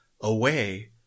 away